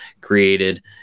created